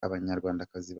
abanyarwandakazi